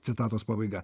citatos pabaiga